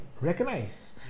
recognize